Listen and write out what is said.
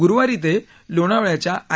गुरुवारी ते लोणावळ्याच्या आय